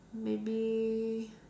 maybe